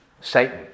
Satan